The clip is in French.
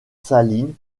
saline